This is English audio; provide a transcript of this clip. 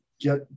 get